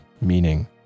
meaning